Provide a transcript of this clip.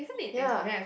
ya